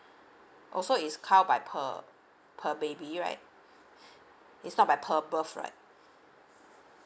also is count by per per baby right is not by per birth right